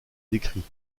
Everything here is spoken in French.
décrits